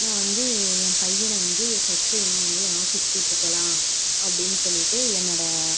நா வந்து என் பையனை வந்து ஃபர்ஸ்ட் டைமாக வந்து என் ஆஃபீஸ் கூப்பிட்டு போகலாம் அப்படின்னு சொல்லிவிட்டு என்னோட